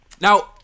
Now